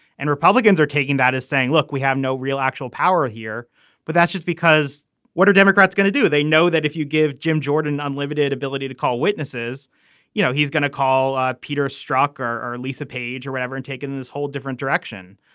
and republicans are taking that saying look we have no real actual power here but that's just because what are democrats going to do. they know that if you give jim jordan unlimited ability to call witnesses you know he's going to call ah peter strock or or lisa paige or whatever and taken this whole different direction.